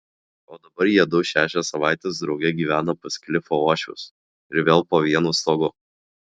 o dabar jiedu šešias savaites drauge gyvena pas klifo uošvius ir vėl po vienu stogu